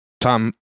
Tom